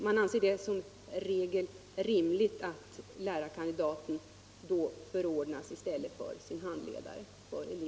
Man anser det som regel rimligt att lärarkandidaten för elevernas skull förordnas i stället för sin handledare.